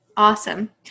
Awesome